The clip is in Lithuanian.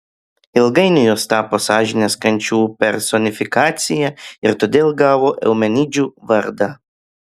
ilgainiui jos tapo sąžinės kančių personifikacija ir todėl gavo eumenidžių vardą